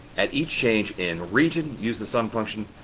at each change in region, use the sum function,